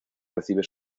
recibe